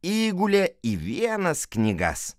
įgulė į vienas knygas